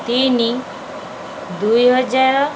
ତିନି ଦୁଇହଜାର